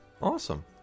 awesome